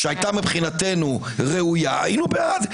שהייתה ראויה היינו בעד.